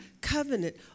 covenant